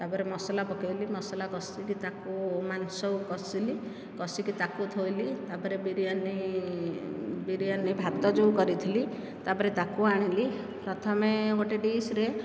ତାପରେ ମସଲା ପକେଇଲି ମସଲା କଷିକି ତାକୁ ମାଂସ କୁ କଷିଲି କଷିକି ତାକୁ ଥୋଇଲି ତାପରେ ବିରିୟାନି ବିରିୟାନି ଭାତ ଯେଉଁ କରିଥିଲି ତାପରେ ତାକୁ ଆଣିଲି ପ୍ରଥମେ ଗୋଟିଏ ଡିସ୍ରେ